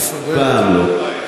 אף פעם לא,